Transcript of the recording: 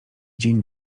dzień